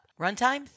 Runtime